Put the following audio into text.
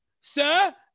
sir